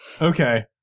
Okay